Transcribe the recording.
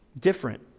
different